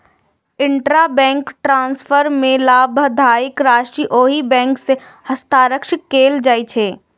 intrabank transfer मे लाभार्थीक राशि ओहि बैंक मे हस्तांतरित कैल जाइ छै